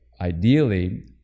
ideally